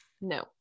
no